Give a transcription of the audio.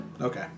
Okay